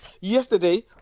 Yesterday